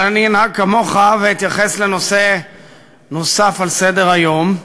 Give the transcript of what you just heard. אבל אני אנהג כמוך ואתייחס לנושא נוסף על סדר-היום.